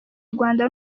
rwanda